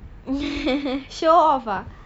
show off ah